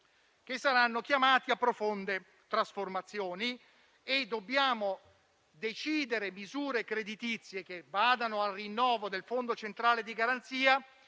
che saranno chiamati a profonde trasformazioni e dobbiamo decidere misure creditizie che vadano al rinnovo del Fondo centrale di garanzia.